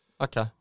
Okay